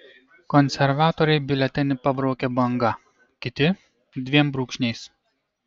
konservatoriai biuletenį pabraukia banga kiti dviem brūkšniais